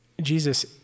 Jesus